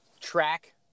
track